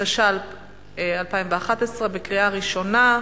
התשע"א 2011, קריאה ראשונה.